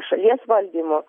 šalies valdymu